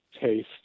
taste